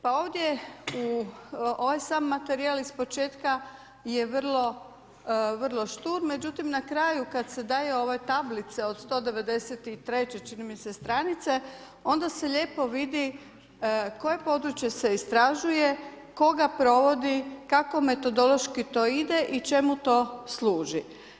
Pa ovdje, u ovaj sam materijal iz početka je vrlo štur, međutim, na kraju kada se daju ove tablice od 193 čini mi se stranice, onda se lijepo vidi koje područje se istražuje, tko ga provodi, kako metodološki to ide i čemu to služi.